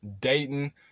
Dayton